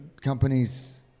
companies